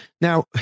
Now